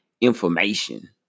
information